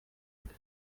bwe